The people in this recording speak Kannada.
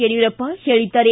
ಯಡಿಯೂರಪ್ಪ ಹೇಳಿದ್ದಾರೆ